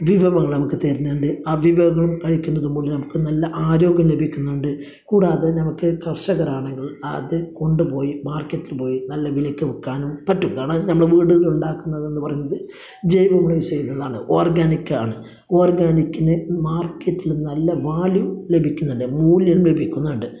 വിഭവങ്ങള് നമുക്ക് തരുന്നുണ്ട് ആ വിഭവങ്ങള് കഴിക്കുന്നത് മൂലം നമുക്ക് നല്ല ആരോഗ്യം ലഭിക്കുന്നുണ്ട് കൂടാതെ നമുക്ക് കര്ഷകരാണെങ്കില് അത് കൊണ്ടുപോയി മാര്ക്കറ്റില് പോയി നല്ല വിലയ്ക്ക് വിൽക്കാനും പറ്റും അതാണ് അത് നമ്മുടെ വീടുകളില് ഉണ്ടാക്കുന്നത് എന്ന് പറയുന്നത് ജൈവ വളം ചെയ്യുന്നതാണ് ഓര്ഗാനിക്കാണ് ഓര്ഗാനിക്കിന് മാര്ക്കറ്റിൽ നല്ല വാല്യൂ ലഭിക്കുന്നുണ്ട് മൂല്യം ലഭിക്കുന്നുണ്ട്